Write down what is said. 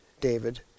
David